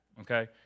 okay